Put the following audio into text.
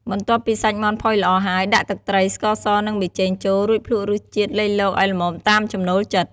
បន្ទាប់ពីសាច់មាន់ផុយល្អហើយ ដាក់ទឹកត្រី ស្ករស និងប៊ីចេងចូល រួចភ្លក្សរសជាតិលៃលកឱ្យល្មមតាមចំណូលចិត្ត។